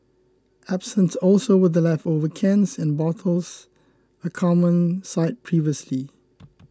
absent also were the leftover cans and bottles a common sight previously